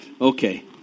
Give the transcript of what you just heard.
Okay